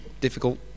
Difficult